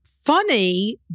funny